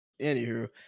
Anywho